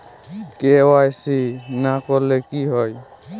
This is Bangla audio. কে.ওয়াই.সি না করলে কি হয়?